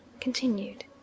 Continued